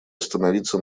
остановиться